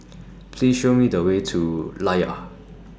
Please Show Me The Way to Layar